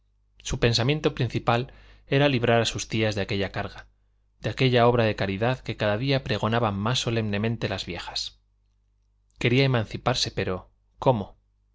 su pensamiento principal era librar a sus tías de aquella carga de aquella obra de caridad que cada día pregonaban más solemnemente las viejas quería emanciparse pero cómo